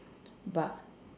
but